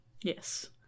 yes